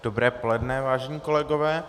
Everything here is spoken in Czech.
Dobré poledne, vážení kolegové.